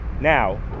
now